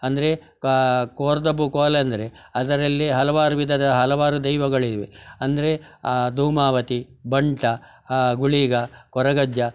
ಅಂದರೆ ಕಾ ಕೋರ್ದಬ್ಬು ಕೋಲಂದರೆ ಅದರಲ್ಲಿ ಹಲವಾರು ವಿಧದ ಹಲವಾರು ದೈವಗಳಿವೆ ಅಂದರೆ ಧೂಮಾವತಿ ಬಂಟ ಗುಳಿಗ ಕೊರಗಜ್ಜ